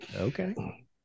okay